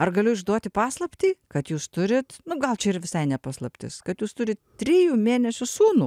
ar galiu išduoti paslaptį kad jūs turit nu gal čia ir visai ne paslaptis kad jūs turit trijų mėnesių sūnų